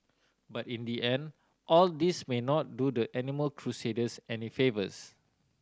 but in the end all this may not do the animal crusaders any favours